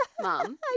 Mom